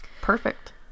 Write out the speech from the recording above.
Perfect